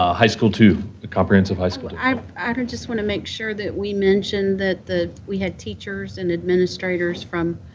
ah high school two, the comprehensive high school two. i i mean just want to make sure that we mention that we had teachers and administrators from